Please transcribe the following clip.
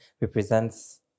represents